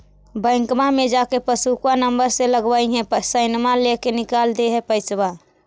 बैंकवा मे जा के पासबुकवा नम्बर मे लगवहिऐ सैनवा लेके निकाल दे है पैसवा?